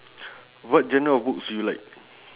what genre of books do you like